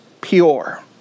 pure